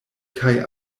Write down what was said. kaj